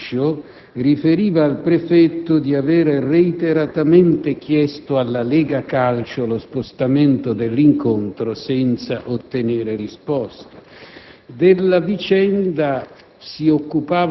e anche la società Catania calcio ha riferito al Prefetto di aver reiteratamente chiesto alla Lega calcio lo spostamento dell'incontro, senza ottenere risposta.